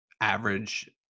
average